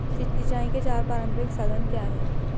सिंचाई के चार पारंपरिक साधन क्या हैं?